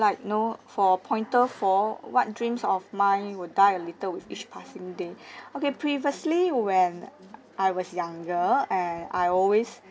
like know for pointer four what dreams of mine would die a little with each passing day okay previously when I was younger and I always